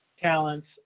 talents